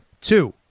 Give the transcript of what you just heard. Two